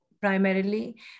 primarily